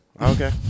Okay